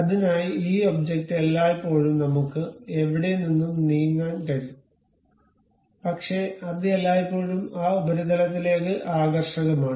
അതിനായി ഈ ഒബ്ജക്റ്റ് എല്ലായ്പ്പോഴും നമ്മുക്ക് എവിടെനിന്നും നീങ്ങാൻ കഴിയും പക്ഷേ അത് എല്ലായ്പ്പോഴും ആ ഉപരിതലത്തിലേക്ക് ആകർഷകമാണ്